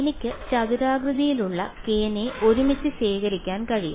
എനിക്ക് ചതുരാകൃതിയിലുള്ള k നെ ഒരുമിച്ച് ശേഖരിക്കാൻ കഴിയും